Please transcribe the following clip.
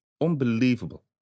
Unbelievable